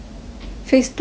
phase two ah